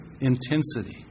intensity